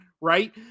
right